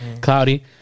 cloudy